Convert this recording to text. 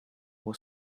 was